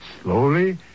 Slowly